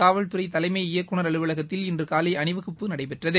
காவல்துறைதலைமை இயக்குநர் அலுவலகத்தில் இன்றுகாலைஅணிவகுப்பு நடைபெற்றது